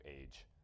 age